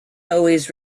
always